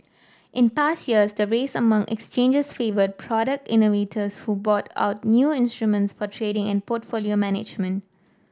in past years the race among exchanges favoured product innovators who brought out new instruments for trading and portfolio management